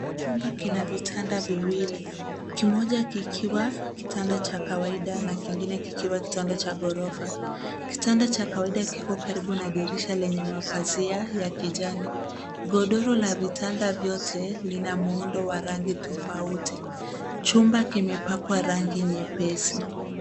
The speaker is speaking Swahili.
Chumba kina vitanda viwili, kimoja kikiwa kitanda cha kawaida na kingina kikiwa kitanda cha ghorofa. Kitanda cha kawaida kiko karibu na dirisha lenye mapazia ya kijani. Godoro la vitanda vyote lina muundo wa rangi tofauti. Chumba kimepakwa rangi nyepesi.